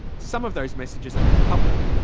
some of those messages are now public.